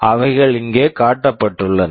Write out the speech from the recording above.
அவைகள் இங்கே காட்டப்பட்டுள்ளன